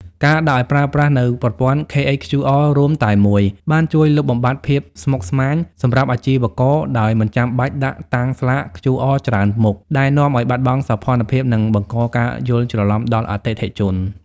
ការដាក់ឱ្យប្រើប្រាស់នូវប្រព័ន្ធ KHQR រួមតែមួយ បានជួយលុបបំបាត់ភាពស្មុគស្មាញសម្រាប់អាជីវករ ដោយមិនចាំបាច់ដាក់តាំងស្លាក QR ច្រើនមុខ ដែលនាំឱ្យបាត់បង់សោភ័ណភាព និងបង្កការយល់ច្រឡំដល់អតិថិជន។